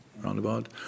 Roundabout